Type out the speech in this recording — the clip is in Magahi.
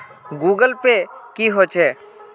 गूगल पै की होचे?